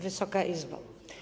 Wysoka Izbo!